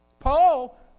Paul